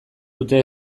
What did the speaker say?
dute